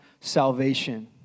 salvation